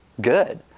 good